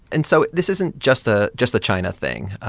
and so this isn't just the just the china thing.